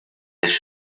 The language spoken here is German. des